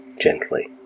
gently